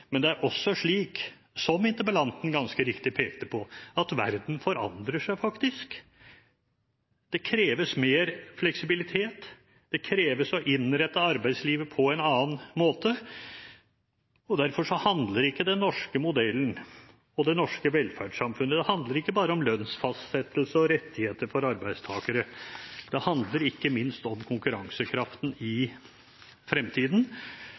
men det er også slik – som interpellanten ganske riktig pekte på – at verden faktisk forandrer seg. Det kreves mer fleksibilitet, det kreves at arbeidslivet innrettes på en annen måte. Derfor handler ikke den norske modellen og det norske velferdssamfunnet bare om lønnsfastsettelse og rettigheter for arbeidstakere. Det handler ikke minst om konkurransekraften i fremtiden,